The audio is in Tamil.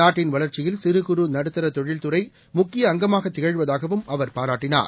நாட்டின் வளர்ச்சியில் சிறுகுறு நடுத்தர தொழில் துறை முக்கிய அங்கமாக திகழ்வதாகவும் அவர் பாராட்டினார்